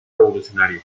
revolucionario